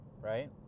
right